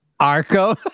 Arco